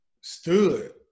stood